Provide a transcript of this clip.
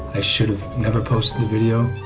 i should have never posted the video.